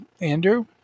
Andrew